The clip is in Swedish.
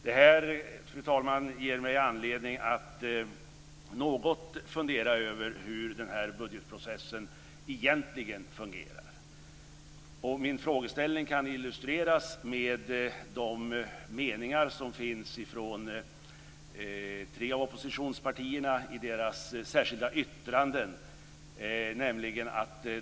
Det här, fru talman, ger mig anledning att något fundera över hur budgetprocessen egentligen fungerar. Min frågeställning kan illustreras med meningar från tre av oppositionspartierna i deras särskilda yttranden.